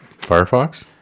Firefox